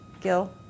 Gil